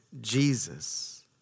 Jesus